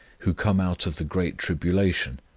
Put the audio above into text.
who come out of the great tribulation,